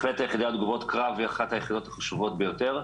בהחלט ה"יחידה לתגובות קרב" היא אחת היחידות החשובות ביותר.